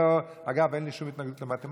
אגב, אין לי שום התנגדות למתמטיקה.